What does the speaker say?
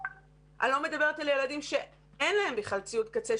אני לא מדברת על ילדים שאין להם בכלל ציוד קצה,